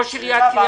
אדוני היושב-ראש.